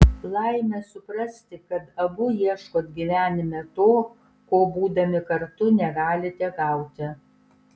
laimė suprasti kad abu ieškot gyvenime to ko būdami kartu negalite gauti